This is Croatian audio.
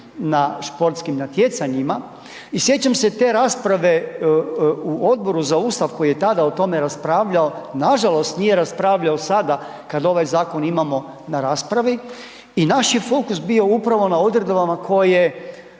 na športskim natjecanjima i sjećam se te rasprave u Odboru za Ustav koji je tada o tome raspravljao, nažalost nije raspravljao sada kad ovaj zakon imamo na raspravi i naš je fokus bio upravo na odredbama koje